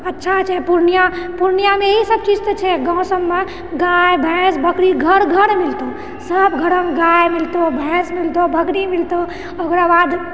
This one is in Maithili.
अच्छा छै पूर्णिया पूर्णियामे ई सब तऽ चीज छै गाँव सबमे गाय भैंस बकरी घर घर मिलतौ सब घरमे गाय मिलतौ भैंस मिलतौ बकरी मिलतौ ओकराबाद